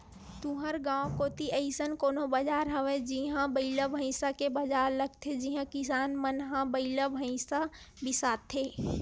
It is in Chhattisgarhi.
तुँहर गाँव कोती अइसन कोनो बजार हवय जिहां बइला भइसा के बजार लगथे जिहां किसान मन ह बइला भइसा बिसाथे